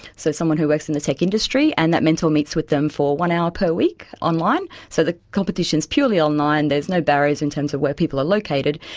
so someone who works in the tech industry, and that mentor meets with them for one hour per week online. so the competition is purely online, there's no barriers in terms of where people are located.